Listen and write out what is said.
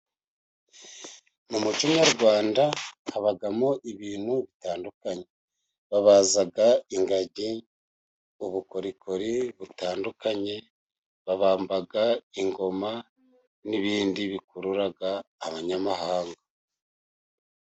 Mu muco nyarwanda habamo ibintu bitandukanye: babaza ingagi, ubukorikori butandukanye, babamba ingoma, n'ibindi bikurura abanyamahanga.